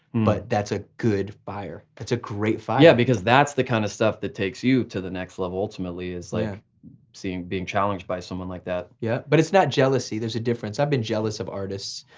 but that's a good fire, it's a great fire. yeah, because that's the kinda kind of stuff that takes you to the next level ultimately. it's like seeing, being challenged by someone like that. yeah, but it's not jealousy, there's a difference. i've been jealous of artists,